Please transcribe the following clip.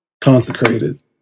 consecrated